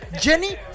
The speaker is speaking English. Jenny